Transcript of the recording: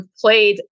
played